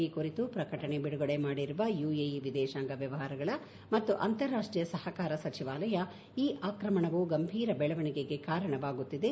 ಈ ಕುರಿತು ಪ್ರಕಟಣೆ ಬಿಡುಗಡೆ ಮಾಡಿರುವ ಯುಎಇ ವಿದೇಶಾಂಗ ವ್ಯವಹಾರಗಳ ಮತ್ತು ಅಂತಾರಾಷ್ಟೀಯ ಸಹಕಾರ ಸಚಿವಾಲಯ ಈ ಆಕ್ರಮಣವು ಗಂಭೀರ ಬೆಳವಣಿಗೆಗೆ ಕಾರಣವಾಗುತ್ತಿದೆ